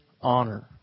honor